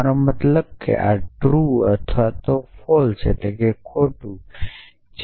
મારો મતલબ કે આ ટ્રૂ અથવા ખોટા હશે